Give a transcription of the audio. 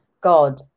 god